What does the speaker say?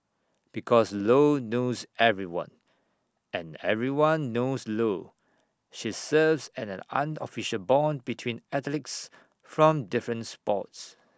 because lo knows everyone and everyone knows lo she serves as an unofficial Bond between athletes from different sports